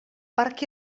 parc